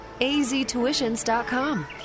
AZTuitions.com